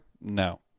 no